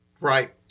Right